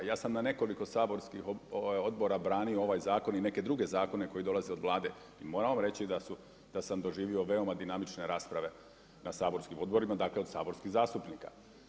Ja sam na nekoliko saborskih odbora branio ovaj zakon i neke druge zakone koji dolaze od Vlade i moram vam reći da sam doživio veoma dinamične rasprave na saborskim odborima, dakle od saborskih zastupnika.